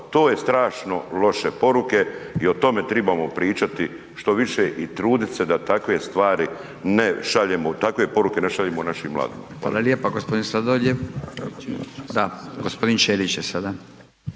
to je strašno loše poruke i o tome tribamo pričati što više i trudit se da takve stvari, da takve poruke ne šaljemo našim mladim.